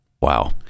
Wow